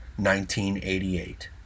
1988